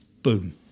Boom